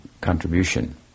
contribution